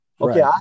Okay